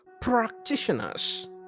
practitioners